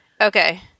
okay